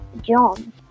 John